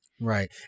Right